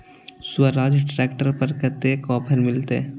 Swaraj tractor पर कतेक offer मिलते?